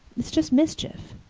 it's just mischief.